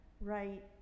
right